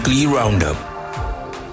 roundup